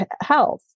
health